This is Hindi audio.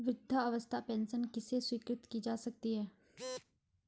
वृद्धावस्था पेंशन किसे स्वीकृत की जा सकती है?